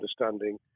understanding